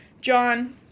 John